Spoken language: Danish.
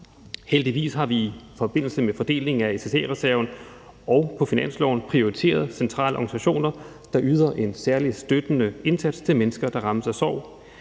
Heldigvis har vi i forbindelse med fordelingen af SSA-reserven og på finansloven prioriteret centrale organisationer, der yder en særlig støttende indsats til mennesker, der rammes af sorg.